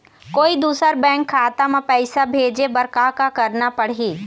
कोई दूसर बैंक खाता म पैसा भेजे बर का का करना पड़ही?